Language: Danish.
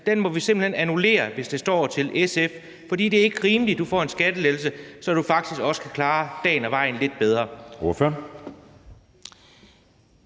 må vi simpelt hen annullere, hvis det står til SF, for det er ikke rimeligt, at hun får en skattelettelse, så hun faktisk kan klare dagen og vejen lidt bedre?